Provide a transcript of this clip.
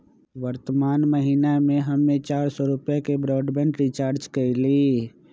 वर्तमान महीना में हम्मे चार सौ रुपया के ब्राडबैंड रीचार्ज कईली